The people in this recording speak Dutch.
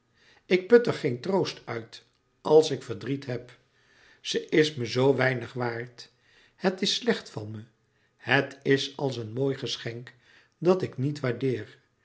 put er geen troost uit als ik verdriet heb ze is me zoo weinig waard het is slecht van me het is als een mooi geschenk dat ik niet waardeer